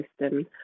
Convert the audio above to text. system